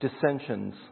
Dissensions